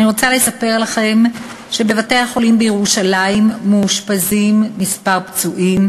ואני רוצה לספר לכם שבבתי-החולים בירושלים מאושפזים כמה פצועים: